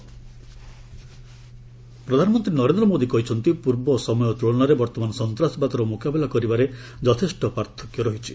PM Kanyakumari ପ୍ରଧାନମନ୍ତ୍ରୀ ନରେନ୍ଦ୍ର ମୋଦି କହିଛନ୍ତି ପୂର୍ବ ସମୟ ତ୍କଳନାରେ ବର୍ତ୍ତମାନ ସନ୍ତାସବାଦର ମ୍ରକାବିଲା କରିବାରେ ଯଥେଷ୍ଟ ପାର୍ଥକ୍ୟ ରହିଛି